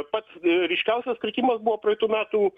pats ryškiausias kritimas buvo praeitų metų